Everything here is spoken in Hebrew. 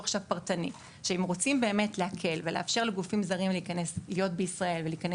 אם רוצים באמת להקל ולאפשר לגופים זרים להיכנס לישראל